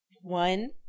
One